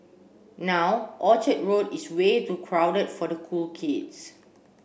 now Orchard Road is way too crowded for the cool kids